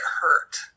hurt